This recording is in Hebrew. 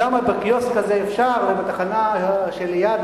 למה בקיוסק הזה אפשר ובתחנה שליד,